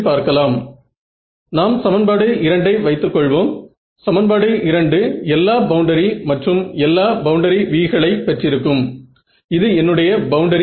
பகுதிகளின் எண்ணிக்கையை அதிகரிக்க வேண்டும் என்பது சரி